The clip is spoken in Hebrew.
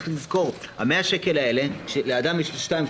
ה-100 שקל האלה כשלאדם יש שניים,